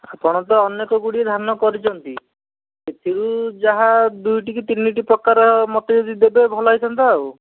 ଆପଣ ତ ଅନ୍ୟ ସବୁଠି ଧାନ କରିଛନ୍ତି ସେଥିରୁ ଯାହା ଦୁଇଟି କି ତିନିଟି ପ୍ରକାର ମୋତେ ଯଦି ଦେବେ ଭଲହେଇଥାନ୍ତା ଆଉ